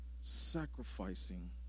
sacrificing